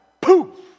Poof